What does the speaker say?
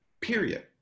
period